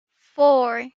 four